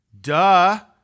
Duh